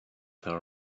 tower